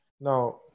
Now